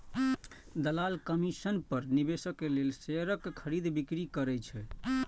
दलाल कमीशन पर निवेशक लेल शेयरक खरीद, बिक्री करै छै